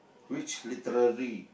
which literary